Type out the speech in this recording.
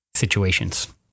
situations